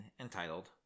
entitled